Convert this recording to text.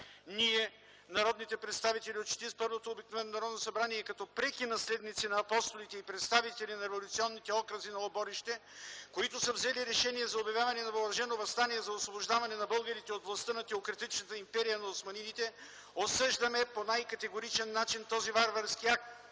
Ние, народните представители от Четиридесет и първото обикновено Народно събрание като преки наследници на апостолите и представителите на революционните окръзи на „Оборище”, които са взели решение за обявяване на въоръжено въстание за освобождаване на българите от властта на теократичната империя на османидите, осъждаме по най-категоричен начин този варварски акт.